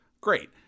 great